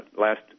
last